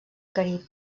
carib